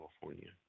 California